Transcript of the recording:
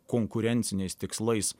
konkurenciniais tikslais